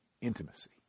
Intimacy